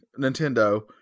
Nintendo